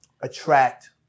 attract